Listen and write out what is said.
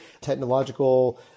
Technological